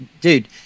Dude